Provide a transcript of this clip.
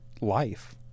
life